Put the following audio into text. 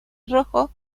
rojo